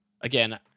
Again